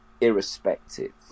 irrespective